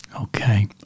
Okay